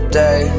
day